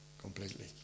completely